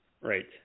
Right